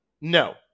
No